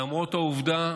למרות העובדה